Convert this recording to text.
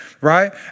Right